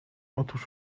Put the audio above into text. otóż